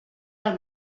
del